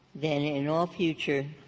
then in all future